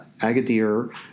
Agadir